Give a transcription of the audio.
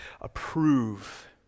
approve